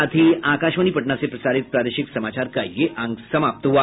इसके साथ ही आकाशवाणी पटना से प्रसारित प्रादेशिक समाचार का ये अंक समाप्त हुआ